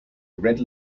red